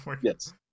Yes